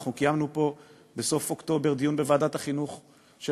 אנחנו קיימנו בסוף אוקטובר דיון בוועדת החינוך של